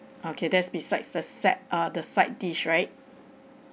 okay that's beside the set uh the side dish right